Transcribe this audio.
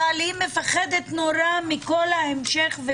אבל היא מפחדת מאוד מכל ההמשך.